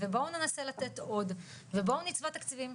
ובואו ננסה לתת עוד ובואו ניצבע תקציבים.